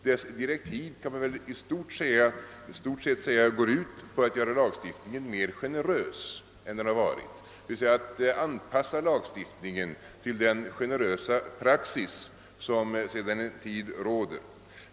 Dess direktiv kan väl i stort sett sägas gå ut på att göra lagstiftningen mera generös än den varit — d. v. s. att anpassa lagstiftningen till den generösa praxis som sedan en tid råder.